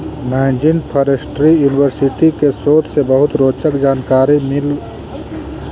Nanjing forestry university के शोध से बहुत रोचक जानकारी मिल हई के फ्वावरिंग साइकिल औउर फ्लावरिंग हेबिट बास में होव हई